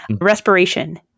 Respiration